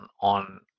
on